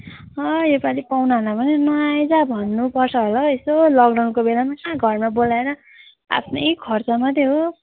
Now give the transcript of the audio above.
यो पाली पाहुनाहरूलाई पनि नआइज भन्नुपर्छ होला हौ यसो लकडाउनको बेलामा कहाँ घरमा बोलाएर आफ्नै खर्च मात्रै हो